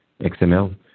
XML